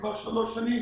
כבר שלוש שנים,